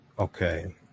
Okay